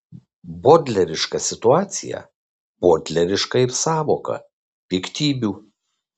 bodleriška situacija bodleriška ir sąvoka piktybių